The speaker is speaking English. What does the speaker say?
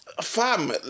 fam